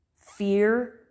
fear